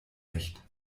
nicht